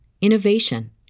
innovation